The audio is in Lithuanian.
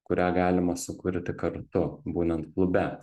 kurią galima sukurti kartu būnant klube